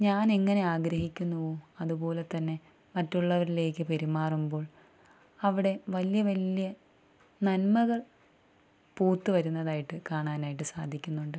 ഞാനെങ്ങനെ ആഗ്രഹിക്കുന്നുവോ അതു പോലെ തന്നെ മറ്റുള്ളവരിലേക്കു പെരുമാറുമ്പോൾ അവിടെ വലിയ വലിയ നന്മകൾ പൂത്തുവരുന്നതായിട്ട് കാണാനായിട്ടു സാധിക്കുന്നുണ്ട്